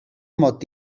mod